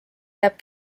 jääb